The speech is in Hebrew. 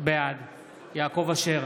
בעד יעקב אשר,